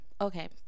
Okay